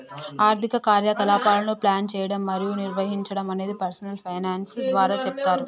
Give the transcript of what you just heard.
ఆర్థిక కార్యకలాపాలను ప్లాన్ చేయడం మరియు నిర్వహించడం అనేది పర్సనల్ ఫైనాన్స్ ద్వారా చేస్తరు